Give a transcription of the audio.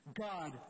God